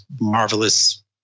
marvelous